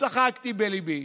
צחקתי בליבי.